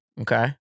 Okay